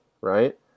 right